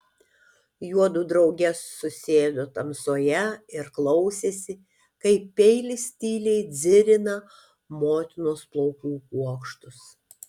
juodu drauge susėdo tamsoje ir klausėsi kaip peilis tyliai dzirina motinos plaukų kuokštus